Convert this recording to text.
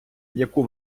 яку